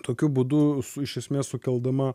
tokiu būdu iš esmės sukeldama